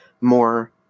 More